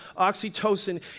Oxytocin